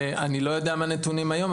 אני לא יודע מה הנתונים היום,